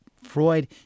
Freud